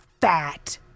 fat